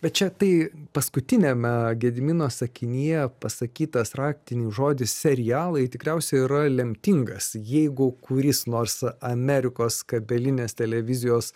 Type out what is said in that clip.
bet čia tai paskutiniame gedimino sakinyje pasakytas raktinis žodis serialai tikriausiai yra lemtingas jeigu kuris nors amerikos kabelinės televizijos